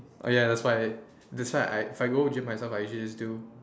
oh ya that's why that's why I if I go gym myself I usually just do